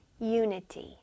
unity